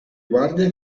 guardie